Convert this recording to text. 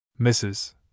Mrs